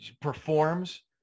performs